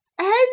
And